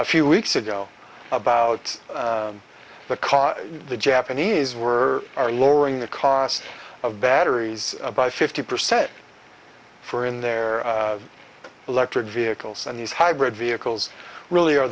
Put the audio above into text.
a few weeks ago about the car the japanese were are lowering the cost of batteries by fifty percent for in their electric vehicles and these hybrid vehicles really are